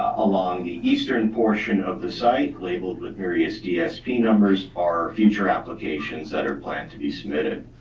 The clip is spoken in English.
along the eastern portion of the site labeled with various dsp numbers, are future applications that are planned to be submitted.